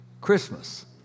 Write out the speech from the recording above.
Christmas